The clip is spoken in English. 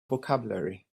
vocabulary